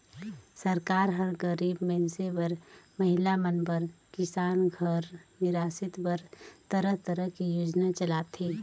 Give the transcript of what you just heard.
सरकार हर गरीब मइनसे बर, महिला मन बर, किसान घर निरासित बर तरह तरह के योजना चलाथे